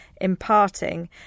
imparting